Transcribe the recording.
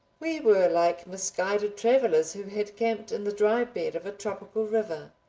we were like misguided travelers who had camped in the dry bed of a tropical river.